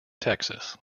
texas